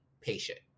patient